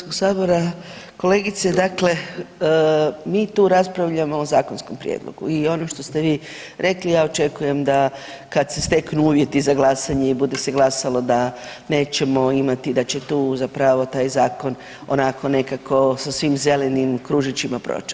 Kolegice, dakle mi tu raspravljamo o zakonskom prijedlogu i ono što ste vi rekli ja očekujem da kad se steknu uvjeti za glasanje i bude se glasalo da nećemo imati, da će tu zapravo taj zakon onako nekako sa svim zelenim kružićima proć.